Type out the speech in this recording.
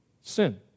sin